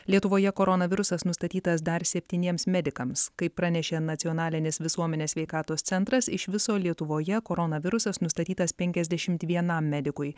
lietuvoje koronavirusas nustatytas dar septyniems medikams kaip pranešė nacionalinis visuomenės sveikatos centras iš viso lietuvoje koronavirusas nustatytas penkiasdešimt vienam medikui